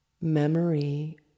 memory